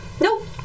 Nope